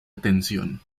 atención